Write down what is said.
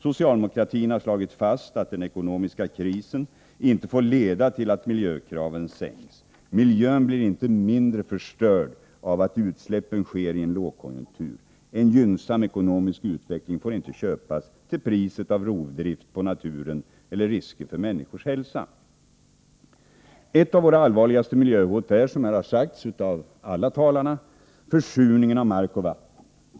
Socialdemokratin har slagit fast att den ekonomiska krisen inte får leda till att miljökraven sänks. Miljön blir inte mindre förstörd av att utsläppen sker i en lågkonjunktur. En gynnsam ekonomisk utveckling får inte köpas till priset av rovdrift på naturen eller risker för människors hälsa. Ett av våra allvarligaste miljöhot är, som här har sagts av alla talare, försurningen av mark och vatten.